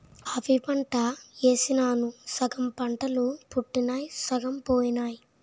coffee పంట యేసినాను సగం మొక్కలు పుట్టినయ్ సగం పోనాయి